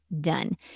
done